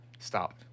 Stop